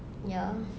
ya